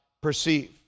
perceive